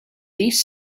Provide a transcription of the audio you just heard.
this